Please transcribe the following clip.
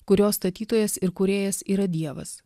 kurio statytojas ir kūrėjas yra dievas